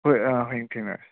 ꯍꯣꯏ ꯑꯥ ꯍꯌꯦꯡ ꯊꯦꯡꯅꯔꯁꯦ